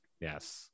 yes